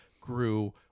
grew